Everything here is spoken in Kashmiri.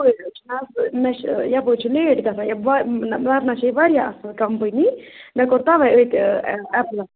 مےٚ چھُ یَپٲرۍ چھُ لیٹ گژھان وار وَرنا چھےٚ یہِ واریاہ اَصٕل کَمپٔنی مےٚ کوٚر تَوَے أتھۍ ایپلَے